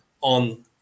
on